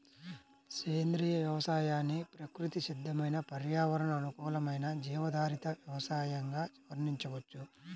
సేంద్రియ వ్యవసాయాన్ని ప్రకృతి సిద్దమైన పర్యావరణ అనుకూలమైన జీవాధారిత వ్యవసయంగా వర్ణించవచ్చు